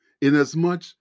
Inasmuch